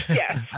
yes